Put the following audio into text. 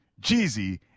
Jeezy